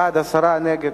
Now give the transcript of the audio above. בעד, 10, נגד,